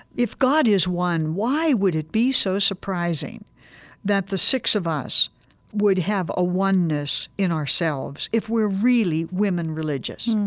if god is one, why would it be so surprising that the six of us would have a oneness in ourselves if we're really women religious?